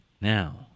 now